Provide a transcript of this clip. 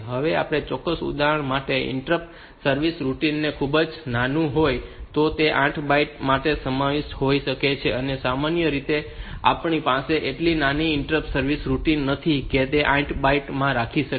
હવે જો કોઈ ચોક્કસ ઉપકરણ માટે ઈન્ટરપ્ટ સર્વિસ રૂટિન ખૂબ જ નાનું હોય તો તે તે 8 બાઈટ માં સમાવિષ્ટ હોઈ શકે છે અને સામાન્ય રીતે આપણી પાસે એટલી નાની ઈન્ટરપ્ટ સર્વિસ રૂટિન નથી કે તેને 8 બાઈટ માં રાખી શકાય